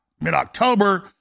mid-October